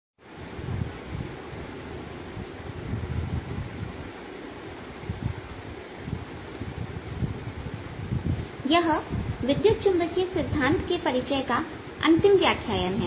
त्वरित आवेश के द्वारा विकिरण I यह विद्युत चुंबकीय सिद्धांत के परिचय का अंतिम व्याख्यान है